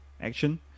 action